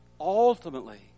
ultimately